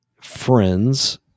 friends